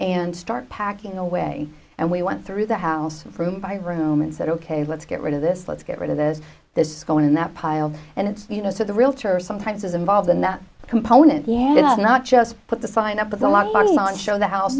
and start packing away and we went through the house for room by room and said ok let's get rid of this let's get rid of this this is going in that pile and it's you know so the realtor sometimes is involved in that component he ended up not just put the sign up with a lot of money not to show the house